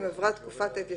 האם לתפוס את העד?